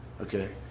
Okay